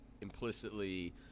implicitly